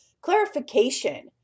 clarification